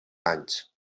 anys